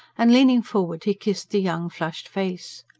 and leaning forward, he kissed the young flushed face.